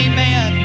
Amen